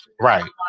Right